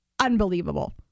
unbelievable